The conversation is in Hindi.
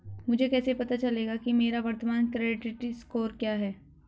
मुझे कैसे पता चलेगा कि मेरा वर्तमान क्रेडिट स्कोर क्या है?